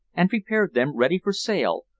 and prepared them ready for sale,